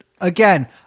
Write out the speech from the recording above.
again